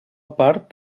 part